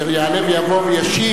יעלה ויבוא וישיב,